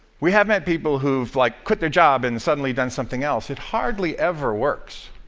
we have met people who've like quit their job and suddenly done something else, it hardly ever works.